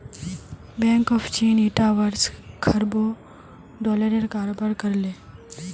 bank of चीन ईटा वर्ष खरबों डॉलरेर कारोबार कर ले